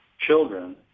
children